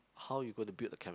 how you gonna build the chemi~